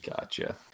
gotcha